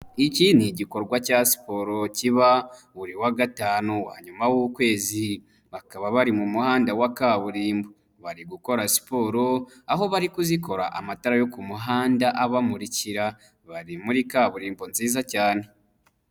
Iki ni igikorwa cya siporo kiba buri wa gatanu wa nyuma w'ukwezi, bakaba bari mu muhanda wa kaburimbo, bari gukora siporo aho bari kuzikora amatara yo ku muhanda abamurikira bari muri kaburimbo nziza cyane.